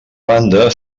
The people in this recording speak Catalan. banda